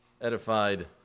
edified